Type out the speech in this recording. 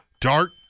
dark